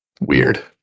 weird